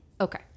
Okay